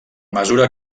mesura